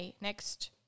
next